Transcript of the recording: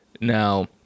Now